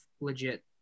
legit